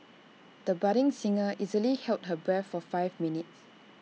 the budding singer easily held her breath for five minutes